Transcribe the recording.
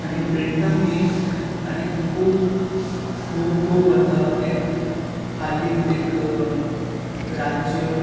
आनी प्रिटां न्हय आनी खूब खूब खूब भरता एक हालींच एक राज्य